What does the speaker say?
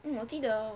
我记得